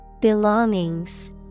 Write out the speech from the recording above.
Belongings